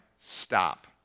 Stop